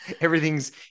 Everything's